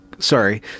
sorry